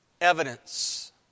evidence